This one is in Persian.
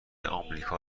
آمریکا